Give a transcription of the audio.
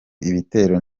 ibitero